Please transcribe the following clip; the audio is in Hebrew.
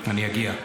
אני אגיע.